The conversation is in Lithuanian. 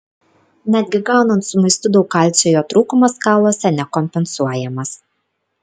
netgi gaunant su maistu daug kalcio jo trūkumas kauluose nekompensuojamas